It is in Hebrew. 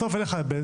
בסוף אין לך פיקוח.